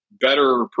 better